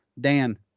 Dan